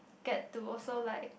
get to also like